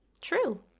true